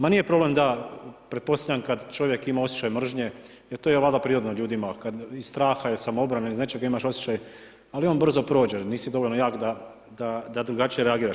Ma nije problem da pretpostavljam kada čovjek ima osjećaj mržnje jel to je valjda prirodno ljudima kada iz straha, iz samoobrane iz nečega imaš osjećaj ali on brzo prođe jer nisi dovoljno jak da drugačije reagiraš.